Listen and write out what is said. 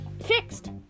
fixed